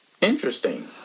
Interesting